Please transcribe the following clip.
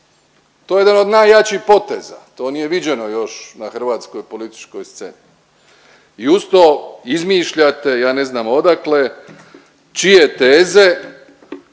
To je jedan od najjačih poteza, to nije viđeno još na hrvatskoj političkoj sceni i uz to izmišljate ja ne znam odakle čije teze,